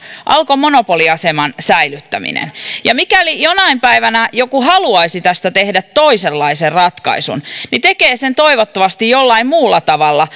alkon monopoliaseman säilyttäminen ja mikäli jonain päivänä joku haluaisi tästä tehdä toisenlaisen ratkaisun niin tekee sen toivottavasti jollain muulla tavalla